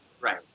Right